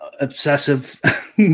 obsessive